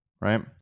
right